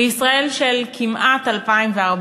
בישראל של כמעט 2014,